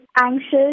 anxious